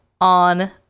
on